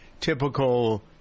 typical